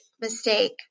mistake